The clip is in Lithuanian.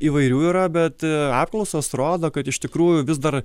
įvairių yra bet apklausos rodo kad iš tikrųjų vis dar